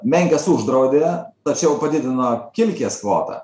menkes uždraudė tačiau padidino kilkės plotą